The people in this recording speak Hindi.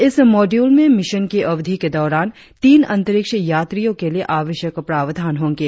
इस मॉड्यूल में मिशन की अवधि के दौरान तीन अंतरिक्ष यात्रियों के लिए आवश्यक प्रावधान होंगे